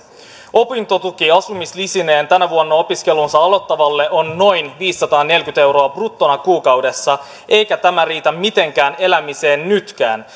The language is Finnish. opintotuki asumislisineen tänä vuonna opiskelunsa aloittavalle on noin viisisataaneljäkymmentä euroa bruttona kuukaudessa eikä tämä riitä mitenkään elämiseen nytkään